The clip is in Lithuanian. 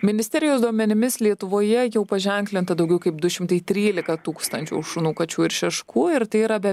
ministerijos duomenimis lietuvoje jau paženklinta daugiau kaip du šimtai trylika tūkstančių šunų kačių ir šeškų ir tai yra be